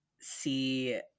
See